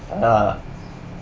ah